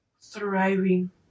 thriving